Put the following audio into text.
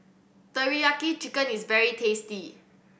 teriyaki chicken is very tasty